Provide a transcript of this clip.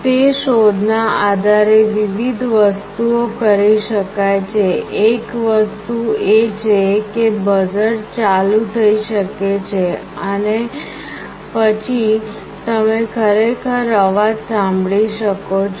તે શોધના આધારે વિવિધ વસ્તુઓ કરી શકાય છે એક વસ્તુ એ છે કે બઝર ચાલુ થઈ શકે છે અને પછી તમે ખરેખર અવાજ સાંભળી શકો છો